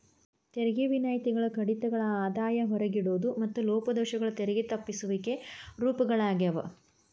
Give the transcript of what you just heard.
ತೆರಿಗೆ ವಿನಾಯಿತಿಗಳ ಕಡಿತಗಳ ಆದಾಯ ಹೊರಗಿಡೋದು ಮತ್ತ ಲೋಪದೋಷಗಳು ತೆರಿಗೆ ತಪ್ಪಿಸುವಿಕೆ ರೂಪಗಳಾಗ್ಯಾವ